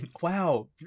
wow